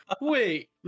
wait